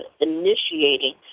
initiating